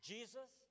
Jesus